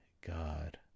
God